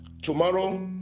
Tomorrow